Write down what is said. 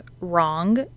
wrong